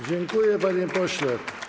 Dziękuję, panie pośle.